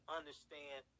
understand